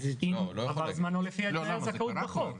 עבר זמנו לפי תנאי הזכאות בחוק.